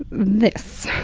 this